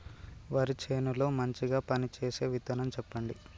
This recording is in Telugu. వరి చేను లో మంచిగా పనిచేసే విత్తనం చెప్పండి?